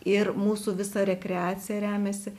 ir mūsų visa rekreacija remiasi